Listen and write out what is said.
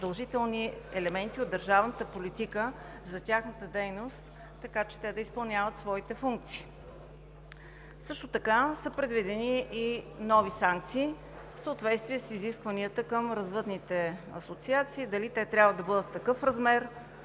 задължителни елементи от държавната политика за тяхната дейност, така че те да изпълняват своите функции. Също така са предвидени и нови санкции, в съответствие с изискванията към развъдните асоциации – дали те трябва да бъдат в такъв размер,